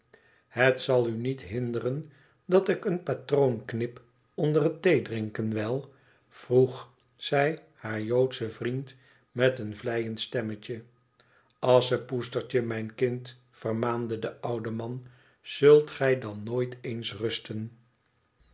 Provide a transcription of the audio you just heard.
het zal u niet hinderen dat ik een patroon knip onder het theedrinken wel vroeg zij haar joodschen vriend met een vleiend stemmetje asschepoetstertje mijn kind vermaande de oude man zult gij dan nooit eens rusten